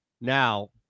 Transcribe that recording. Now